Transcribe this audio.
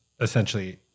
essentially